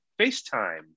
FaceTime